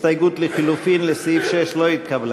ההסתייגות לחלופין לסעיף 6 לא התקבלה.